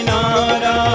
Nara